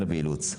אלא מאילוץ,